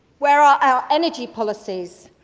where are our energy policies?